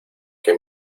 que